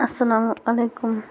اَسِلامُ علیکُم